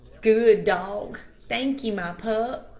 good dog thank'ee, my pup,